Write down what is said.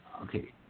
Okay